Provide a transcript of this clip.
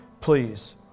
please